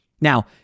Now